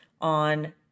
on